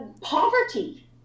Poverty